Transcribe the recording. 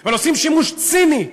אבל עושים שימוש ציני,